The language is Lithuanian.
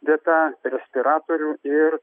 vieta respiratorių ir